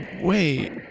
Wait